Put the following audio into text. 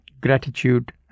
gratitude